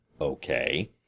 Okay